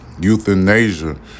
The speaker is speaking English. euthanasia